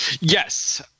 Yes